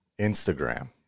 Instagram